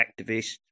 activists